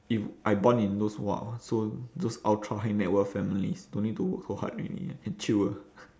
if I born in those !wah! so those ultra high net worth families don't need to work so hard already can chill ah